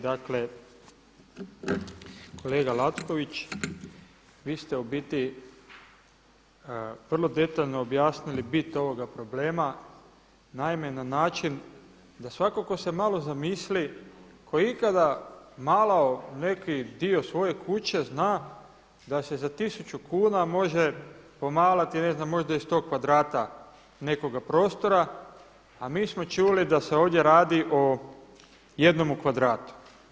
Dakle, kolega Lacković, vi ste u biti vrlo detaljno objasnili bit ovoga problema, naime na način da svatko tko se malo zamisli, koji je ikada malo neki dio svoje kuće zna da se za 1.000 kuna može pomalati ne znam možda i 100 kvadrata nekakvog prostora, a mi smo čuli da se ovdje radi o jednomu kvadratu.